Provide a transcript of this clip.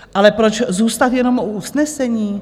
Ale proč zůstat jenom u usnesení?